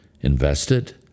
invested